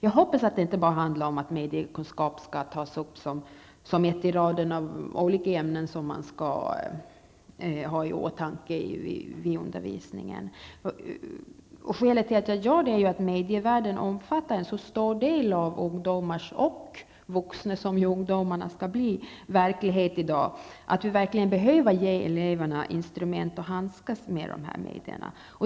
Jag hoppas att det inte bara handlar om att mediekunskap skall tas upp som ett i raden av olika ämnen, som man skall ha i åtanke vid undervisningen. Skälet till detta är att medievärlden omfattar en så stor del av ungdomars och vuxnas -- ungdomarna blir ju också vuxna -- verklighet i dag. Därför behöver eleverna verkligen få instrument för att kunna handskas med dessa medier.